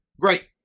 Great